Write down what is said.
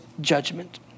judgment